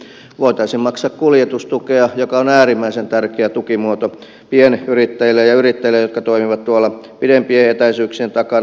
esimerkiksi voitaisiin maksaa kuljetustukea joka on äärimmäisen tärkeä tukimuoto pienyrittäjälle ja yrittäjille jotka toimivat tuolla pidem pien etäisyyksien takana